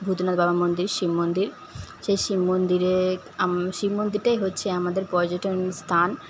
ভূতনাথ বাবার মন্দির শিব মন্দির সেই শিব মন্দিরে আম শিব মন্দিরটাই হচ্ছে আমাদের পর্যটন স্থান